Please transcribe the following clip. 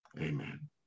amen